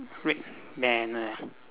red banner ah